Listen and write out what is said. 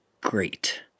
great